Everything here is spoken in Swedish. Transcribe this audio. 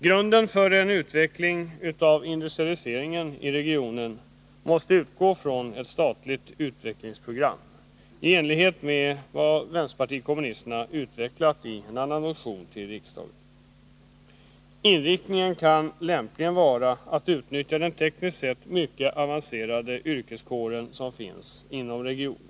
Grunden för en utveckling av industrialiseringen i regionen måste utgå från ett statligt utvecklingsprogram i enlighet med vad vpk utvecklat i en annan motion till riksdagen. Inriktningen kan lämpligen vara att utnyttja den tekniskt sett mycket avancerade yrkeskår som finns i regionen.